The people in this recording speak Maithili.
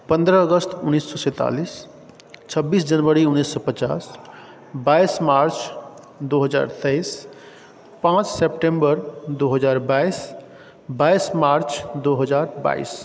पन्द्रह अगस्त उनैस सए सैँतालिस छब्बीस जनवरी उनैस सौ पचास बाइस मार्च दू हजार तैइस पाँच सेप्टेम्बर दू हजार बाइस बाइस मार्च दू हजार बाइस